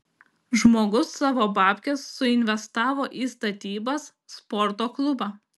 žmogus savo babkes suinvestavo į statybas sporto klubą